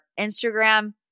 Instagram